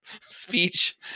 speech